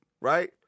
Right